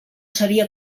sabia